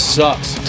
sucks